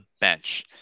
bench